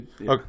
Okay